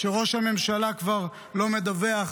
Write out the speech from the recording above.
-- שראש הממשלה כבר לא מדווח